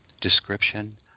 description